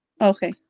Okay